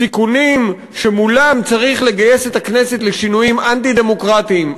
סיכונים שמולם צריך לגייס את הכנסת לשינויים אנטי-דמוקרטיים,